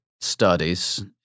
studies